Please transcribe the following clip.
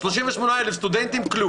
38,000 סטודנטים כלום.